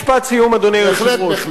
משפט סיום, אדוני היושב-ראש.